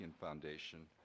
Foundation